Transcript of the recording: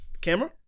camera